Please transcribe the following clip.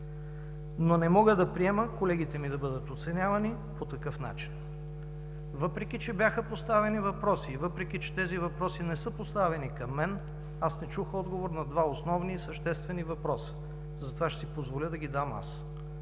Но не мога да приема колегите ми да бъдат оценявани по такъв начин, въпреки че бяха поставени въпроси, въпреки че тези въпроси не са поставени към мен. Аз не чух отговор на два основни и съществени въпроса, затова ще си позволя да ги дам аз.